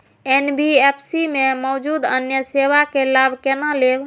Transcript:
NBFC में मौजूद अन्य सेवा के लाभ केना लैब?